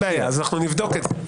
אין בעיה, אנחנו נבדוק את זה.